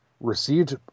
received